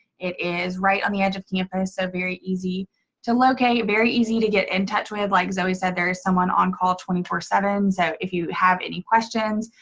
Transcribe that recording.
it is right on the edge of campus, so very easy to locate, very easy to get in touch with. like zoe said, there is someone on-call twenty four seven, so if you have any questions,